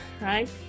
right